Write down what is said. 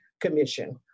Commission